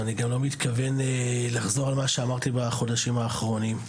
ואני גם לא מתכוון לחזור על מה שאמרתי בחודשים האחרונים.